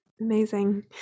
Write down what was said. Amazing